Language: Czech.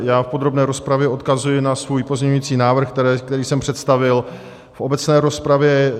V podrobné rozpravě odkazuji na svůj pozměňovací návrh, který jsem představil v obecné rozpravě.